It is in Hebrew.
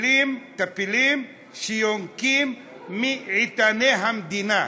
טפילים שיונקים מאיתני המדינה.